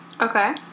Okay